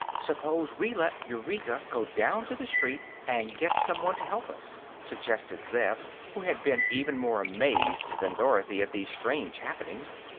suppose we let eureka go down to the street and get some one to help us, suggested zeb, who had been even more amazed than dorothy at these strange happenings.